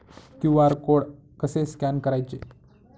QR code कसे scan करायचे?